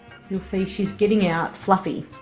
you'll see she is getting out fluffy.